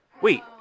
Wait